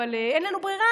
אבל אין לנו ברירה,